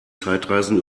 zeitreisen